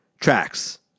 tracks